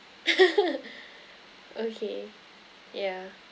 okay yeah